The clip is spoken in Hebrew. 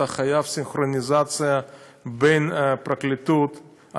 אתה חייב סינכרוניזציה בין הפרקליטות,